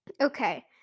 Okay